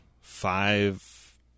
five